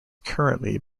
currently